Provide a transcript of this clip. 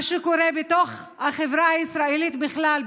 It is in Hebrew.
מה שקורה בתוך החברה הישראלית בכלל,